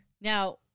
Now